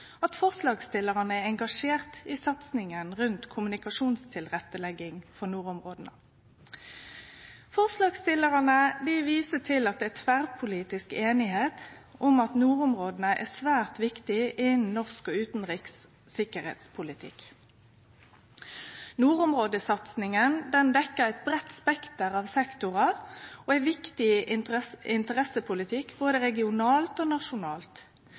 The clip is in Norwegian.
at forslagsstillarane er engasjerte i satsinga rundt kommunikasjonstilrettelegging for nordområda. Forslagsstillarane viser til at det er tverrpolitisk einigheit om at nordområda er svært viktige innan norsk og utanriks sikkerheitspolitikk. Nordområdesatsinga dekkjer eit breitt spekter av sektorar og er viktig interessepolitikk både regionalt og nasjonalt.